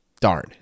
darn